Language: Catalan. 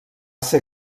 ser